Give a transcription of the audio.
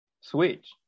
Switch